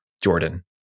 Jordan